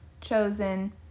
chosen